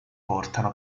portano